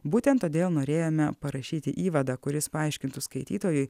būtent todėl norėjome parašyti įvadą kuris paaiškintų skaitytojui